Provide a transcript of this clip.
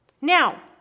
Now